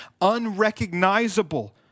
unrecognizable